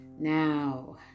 Now